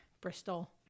Bristol